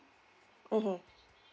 mmhmm